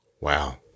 Wow